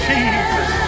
Jesus